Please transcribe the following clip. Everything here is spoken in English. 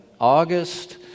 August